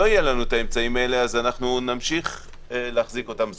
יהיו לנו האמצעים האלה ניאלץ להשאיר אותם סגורים.